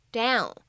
down